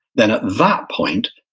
then at that point,